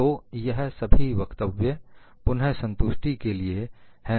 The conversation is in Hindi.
तो यह सभी वक्तव्य पुन संतुष्टि के लिए है